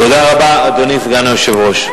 תודה רבה, אדוני סגן היושב-ראש.